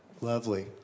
Lovely